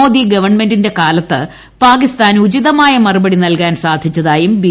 മോദി ഗവൺമെന്റിന്റെ കാലത്ത് പാകിസ്ഥാന് ഉചിതമായ മറുപടി നൽകാൻ സാധിച്ചതായും ബി